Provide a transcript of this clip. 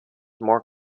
more